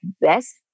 best